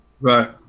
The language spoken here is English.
right